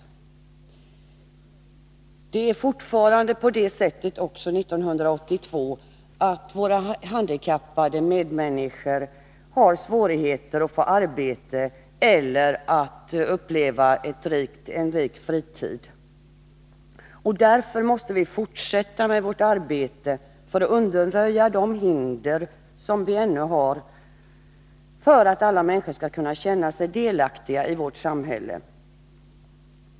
Förhållandena är fortfarande, år 1982, sådana för våra handikappade medmänniskor att de har svårigheter att få arbete eller att uppleva en rik fritid. Därför måste vi fortsätta med vårt arbete för att undanröja de hinder som ännu finns för att alla människor skall kunna känna sig delaktiga i vårt samhälle.